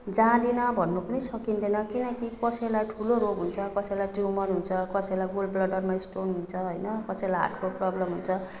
जाँदिनँ भन्नु पनि सकिँदैन किनकि कसैलाई ठुलो रोग हुन्छ कसैलाई ट्युमर हुन्छ कसैलाई गलब्लाडरमा स्टोन हुन्छ होइन कसैलाई हार्टको प्रब्लम हुन्छ